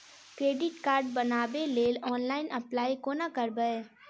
Credit card बनाबै लेल online apply कोना करबै?